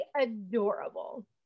adorable